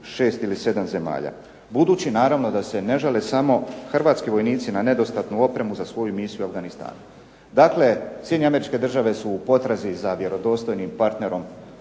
6 ili 7 zemalja. Budući da se ne žale samo hrvatski vojnici na nedostatnu opremu za svoju misiju u Afganistanu. Dakle, SAD su u potrazi za dostojnim partnerom